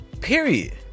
period